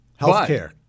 Healthcare